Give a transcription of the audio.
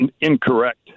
incorrect